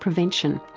prevention.